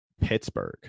Pittsburgh